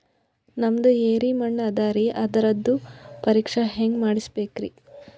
ನಮ್ದು ಎರಿ ಮಣ್ಣದರಿ, ಅದರದು ಪರೀಕ್ಷಾ ಹ್ಯಾಂಗ್ ಮಾಡಿಸ್ಬೇಕ್ರಿ?